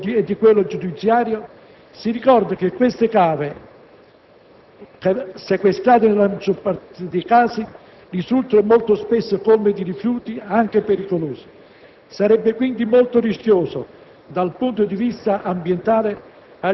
Oltre ad un'anomala sovrapposizione di ordinanze del potere legislativo e di quello giudiziario, si ricorda che le cave sequestrate, nella maggior parte dei casi, risultano molto spesso colme di rifiuti, anche pericolosi.